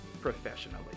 professionally